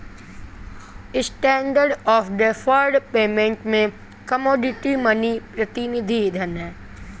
standard of deferred payment में commodity money प्रतिनिधि धन हैं